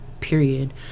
Period